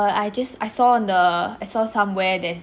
I just I saw on the I saw somewhere there's